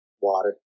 Water